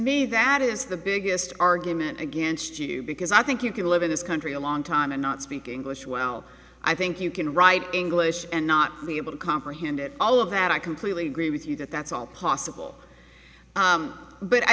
me that is the biggest argument against you because i think you can live in this country a long time and not speak english well i think you can write english and not be able to comprehend it all of that i completely agree with you that that's all possible but i